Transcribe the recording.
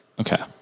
Okay